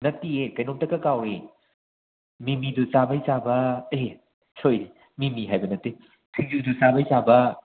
ꯅꯠꯇꯤꯌꯦ ꯀꯩꯅꯣꯝꯇꯒ ꯀꯥꯎꯋꯦ ꯃꯤꯃꯤꯗꯣ ꯆꯥꯕꯩ ꯆꯥꯕ ꯑꯦ ꯁꯣꯏ ꯃꯤꯃꯤ ꯍꯥꯏꯕ ꯅꯠꯇꯦ ꯁꯤꯡꯖꯨꯗꯨ ꯆꯥꯕꯩ ꯆꯥꯕ